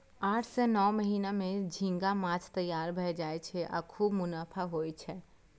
आठ सं नौ महीना मे झींगा माछ तैयार भए जाय छै आ खूब मुनाफा होइ छै